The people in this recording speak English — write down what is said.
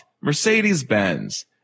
Mercedes-Benz